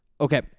Okay